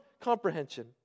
comprehension